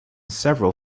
several